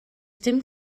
dim